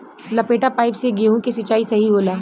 लपेटा पाइप से गेहूँ के सिचाई सही होला?